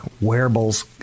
Wearables